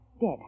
dead